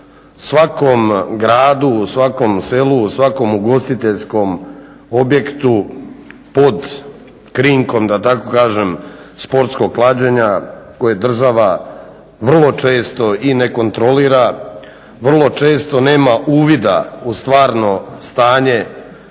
svakom gradu, u svakom selu, u svakom ugostiteljskom objektu pod krinkom, da tako kažem sportskog klađenja koje država vrlo često i ne kontrolira, vrlo često nema uvida u stvarno stanje